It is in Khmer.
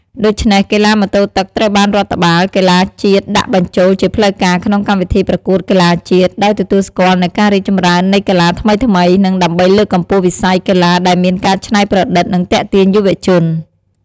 ដូច្នេះកីឡាម៉ូតូទឹក ត្រូវបានរដ្ឋបាលកីឡាជាតិដាក់បញ្ចូលជាផ្លូវការក្នុងកម្មវិធីប្រកួតកីឡាជាតិ ដោយទទួលស្គាល់នូវការរីកចម្រើននៃកីឡាថ្មីៗ និងដើម្បីលើកកម្ពស់វិស័យកីឡាដែលមានការច្នៃប្រឌិត និងទាក់ទាញយុវជន។